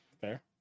fair